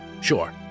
Sure